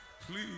please